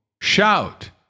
Shout